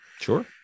Sure